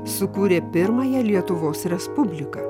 sukūrė pirmąją lietuvos respubliką